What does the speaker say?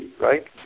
right